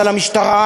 על המשטרה,